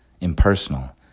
Impersonal